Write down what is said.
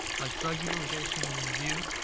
like drug utilization and review,